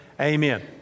Amen